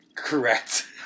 Correct